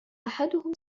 أحدهم